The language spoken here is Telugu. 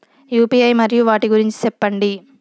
యు.పి.ఐ మరియు వాటి గురించి సెప్పండి?